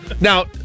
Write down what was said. Now